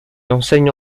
enseigne